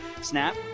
Snap